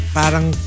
parang